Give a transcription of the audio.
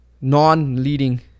non-leading